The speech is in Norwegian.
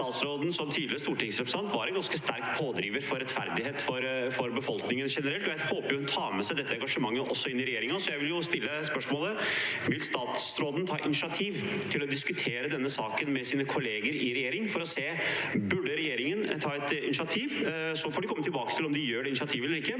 statsråden som tidligere stortingsrepresentant var en ganske sterk pådriver for rettferdighet for befolkningen generelt, og jeg håper hun tar med seg det engasjementet inn i regjeringen. Jeg vil stille spørsmålet: Vil statsråden ta initiativ til å diskutere denne saken med sine kolleger i regjering for å se om regjeringen burde ta et initiativ? De får komme tilbake til om de tar det initiativet eller ikke,